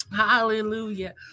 hallelujah